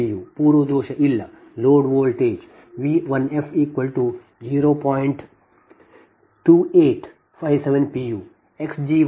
u ಪೂರ್ವ ದೋಷ ಇಲ್ಲ ಲೋಡ್ ವೋಲ್ಟೇಜ್ V1f0